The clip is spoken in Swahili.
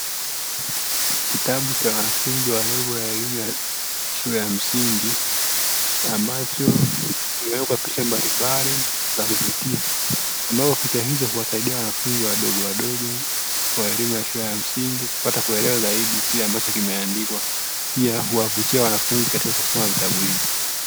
Kitabu cha wanafunzi wa levo ya elimu ya shule ya msingi ambacho kimewekwa picha mbalimbali za kuvutia, ambapo picha hizo huwasaidia wanafunzi wadogowadogo wa elimu ya shule ya msingi kupata kuelewa zaidi kile ambacho kimeandikwa; pia huwavutia wanafunzi katika kusoma vitabu hivyo.